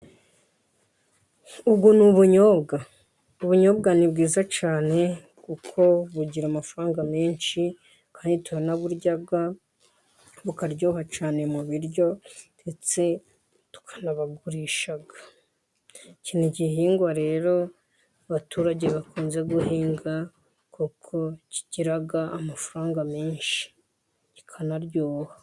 Ubu ni ubunyobwa. Ubunyobwa ni bwiza cyane kuko bugira amafaranga menshi, kandi turanaburya bukaryoha cyane mu biryo, ndetse tukanabugurisha. Iki ni igihingwa rero abaturage bakunze guhinga kuko kigira amafaranga menshi kikanaryoha.